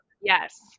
Yes